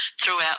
throughout